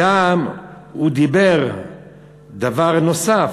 הוא גם דיבר דבר נוסף,